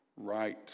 right